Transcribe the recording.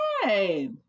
Hey